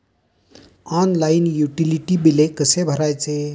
Online utility बिले कसे भरायचे?